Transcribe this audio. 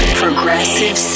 progressive